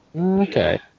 Okay